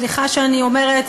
סליחה שאני אומרת,